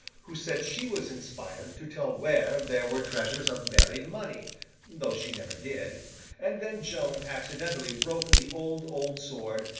who said she was inspired to tell where there were treasures of buried money though she never did and then joan accidentally broke the old, old sword,